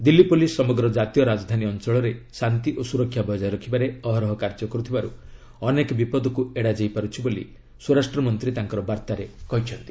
Delhi police ସମଗ୍ର ଜାତୀୟ ରାଜଧାନୀ ଅଞ୍ଚଳରେ ଶାନ୍ତି ଓ ସୁରକ୍ଷା ବଜାୟ ରଖିବାରେ ଅହରହ କାର୍ଯ୍ୟ କରୁଥିବାରୁ ଅନେକ ବିପଦକୁ ଏଡ଼ାଯାଇ ପାରୁଛି ବୋଲି ସ୍ୱରାଷ୍ଟ୍ରମନ୍ତ୍ରୀ ତାଙ୍କର ବାର୍ତ୍ତାରେ ଜଣାଇଛନ୍ତି